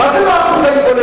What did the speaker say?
מה זה "מה אחוז ההתבוללות"?